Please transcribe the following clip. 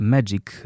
Magic